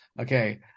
Okay